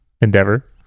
endeavor